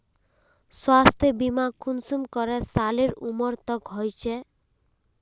स्वास्थ्य बीमा कुंसम करे सालेर उमर तक होचए?